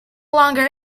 longer